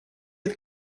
это